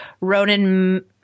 Ronan